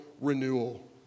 renewal